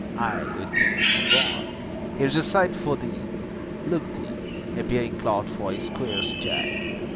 i with things new-born. here's a sight for thee look thee, a bearing-cloth for a squire's child!